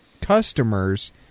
customers